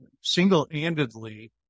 single-handedly